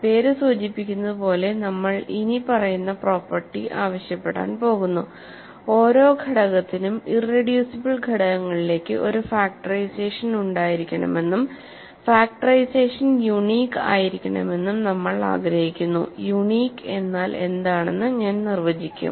പേര് സൂചിപ്പിക്കുന്നത് പോലെ നമ്മൾ ഇനിപ്പറയുന്ന പ്രോപ്പർട്ടി ആവശ്യപ്പെടാൻ പോകുന്നു ഓരോ ഘടകത്തിനും ഇറെഡ്യൂസിബ്ൾ ഘടകങ്ങളിലേക്ക് ഒരു ഫാക്ടറൈസേഷൻ ഉണ്ടായിരിക്കണമെന്നും ഫാക്ടറൈസേഷൻ യുണീക് ആയിരിക്കണമെന്നും നമ്മൾ ആഗ്രഹിക്കുന്നു യുണീക് എന്നാൽ എന്താണെന്ന് ഞാൻ നിർവചിക്കും